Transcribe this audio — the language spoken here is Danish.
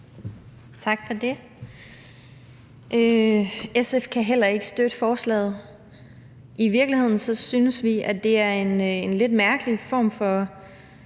Tak for det. SF kan heller ikke støtte forslaget. I virkeligheden synes vi, det er en lidt mærkelig form for